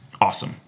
awesome